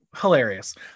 hilarious